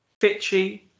Fitchy